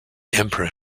emperor